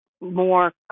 more